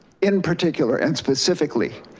in particular and specifically,